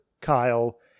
Kyle